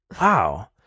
Wow